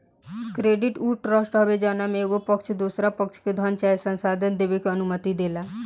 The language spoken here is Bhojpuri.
क्रेडिट उ ट्रस्ट हवे जवना में एगो पक्ष दोसरा पक्ष के धन चाहे संसाधन देबे के अनुमति देला